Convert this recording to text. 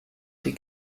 die